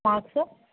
marks